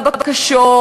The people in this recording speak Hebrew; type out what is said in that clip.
לבקשות,